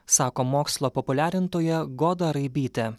sako mokslo populiarintoja goda raibytė